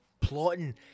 plotting